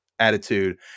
attitude